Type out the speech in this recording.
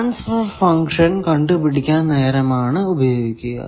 transfer function കണ്ടുപിടിക്കാൻ നേരം ഇതാണ് ഉപയോഗിക്കുക